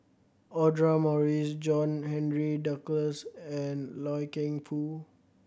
Audra Morrice John Henry Duclos and Loy Keng Foo